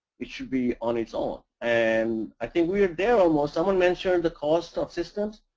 it should be on its own. and i think we are there almost. someone mentioned the cost of systems.